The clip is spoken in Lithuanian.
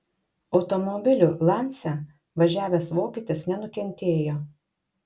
automobiliu lancia važiavęs vokietis nenukentėjo